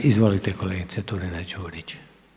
Izvolite kolegice Turina-Đurić.